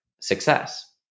success